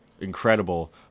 incredible